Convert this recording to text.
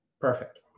Perfect